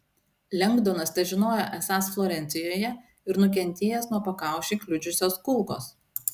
lengdonas težinojo esąs florencijoje ir nukentėjęs nuo pakaušį kliudžiusios kulkos